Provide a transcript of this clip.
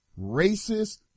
racist